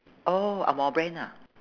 oh angmoh brand ha